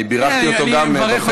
אני בירכתי אותו גם בפייסבוק.